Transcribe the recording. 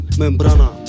membrana